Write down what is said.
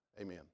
amen